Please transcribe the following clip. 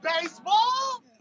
baseball